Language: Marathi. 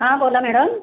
हां बोला मॅडम